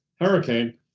hurricane